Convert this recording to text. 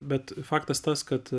bet faktas tas kad